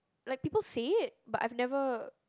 like people say it but I've never